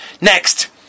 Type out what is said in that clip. Next